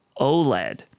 OLED